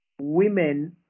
women